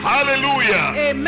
Hallelujah